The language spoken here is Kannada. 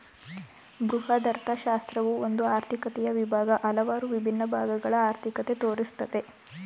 ಬೃಹದರ್ಥಶಾಸ್ತ್ರವು ಒಂದು ಆರ್ಥಿಕತೆಯ ವಿಭಾಗ, ಹಲವಾರು ವಿಭಿನ್ನ ಭಾಗಗಳ ಅರ್ಥಿಕತೆ ತೋರಿಸುತ್ತೆ